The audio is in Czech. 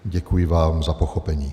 Děkuji vám za pochopení.